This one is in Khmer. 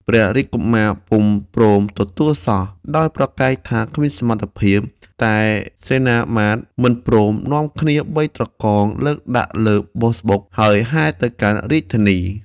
ព្រះរាជកុមារពុំព្រមទទួលសោះ ដោយប្រកែកថាគ្មានសមត្ថភាព តែសេនាមាត្យមិនព្រមនាំគ្នាបីត្រកងលើកដាក់លើបុស្សបុក ហើយហែទៅកាន់រាជធានី។